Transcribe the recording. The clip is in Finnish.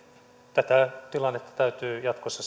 tätä tilannetta täytyy jatkossa